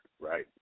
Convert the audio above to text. right